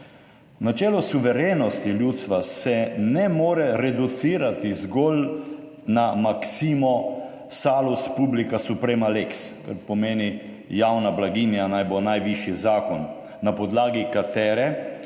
Načelo suverenosti ljudstva se ne more reducirati zgolj na maksimo Salus publica suprema lex, kar pomeni javna blaginja naj bo najvišji zakon, na podlagi katere